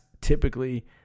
typically